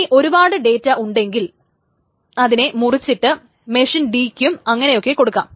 ഇനി ഒരുപാട് ഡേറ്റ ഉണ്ടെങ്കിൽ അതിനെ മുറിച്ചിട്ട് മെഷീൻ D യ്ക്കും അങ്ങനെയൊക്കെ കൊടുക്കാം